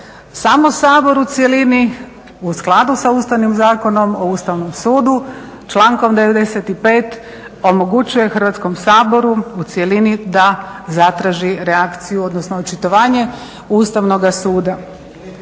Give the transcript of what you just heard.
Samo Sabor u cjelini u skladu sa Ustavnim zakonom o Ustavnom sudu člankom 95. omogućuje Hrvatskom saboru u cjelini da zatraži reakciju, odnosno očitovanje Ustavnoga suda.